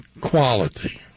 quality